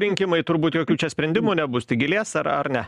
rinkimai turbūt jokių čia sprendimų nebus tik gilės ar ar ne